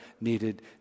needed